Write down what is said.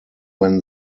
when